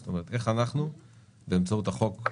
זאת אומרת איך אנחנו משפרים את מצב הזכאים בפריפריה